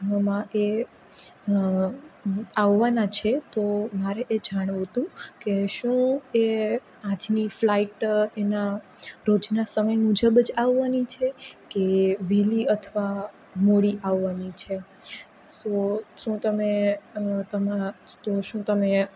નોમાં એ આવવાના છે તો મારે એ જાણવું હતું કે શું એ આજની ફ્લાઇટ એના રોજના સમય મુજબ જ આવવાની છે કે વહેલી અથવા મોડી આવવાની છે સો શું તમે તો શું તમે